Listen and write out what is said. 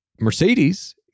Mercedes